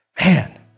Man